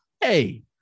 Hey